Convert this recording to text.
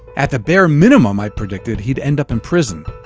at the bare minimum, i predicted, he'd end up in prison.